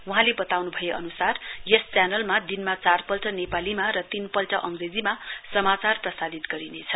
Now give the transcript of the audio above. वहाँले वताउन्भए अन्सार यस च्यनलमा दिनमा चारपल्ट नेपालीमा र तीन पल्ट आंग्रेजीमा समाचार प्रसारित गरिनेछ